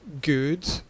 good